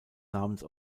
namens